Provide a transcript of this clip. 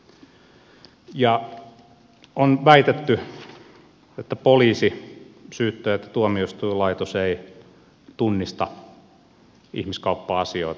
on väitetty että poliisi syyttäjät ja tuomioistuinlaitos eivät tunnista ihmiskauppa asioita